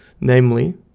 namely